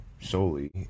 solely